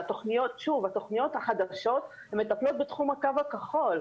התוכניות החדשות מטפלות בתחום הקו הכחול.